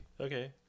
Okay